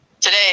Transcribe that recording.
Today